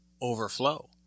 overflow